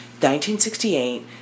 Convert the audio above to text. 1968